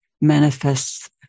manifests